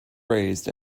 raised